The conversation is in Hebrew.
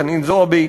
חנין זועבי,